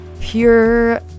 pure